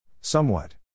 Somewhat